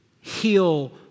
heal